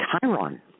Chiron